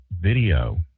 video